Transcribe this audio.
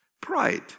Pride